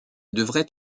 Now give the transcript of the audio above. devrait